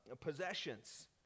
possessions